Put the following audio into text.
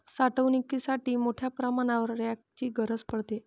साठवणुकीसाठी मोठ्या प्रमाणावर रॅकची गरज पडते